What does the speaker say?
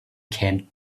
camp